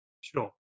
Sure